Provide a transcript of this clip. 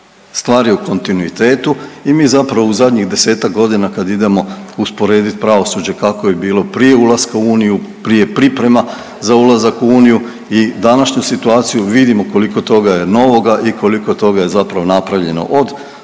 stvar je u kontinuitetu i mi zapravo u zadnjih 10-tak godina kad idemo usporedit pravosuđe kakvo je bilo prije ulaska u Uniju, prije priprema za ulazak u Uniju i današnju situaciju, vidimo koliko toga je novoga i koliko toga je zapravo napravljeno od novoga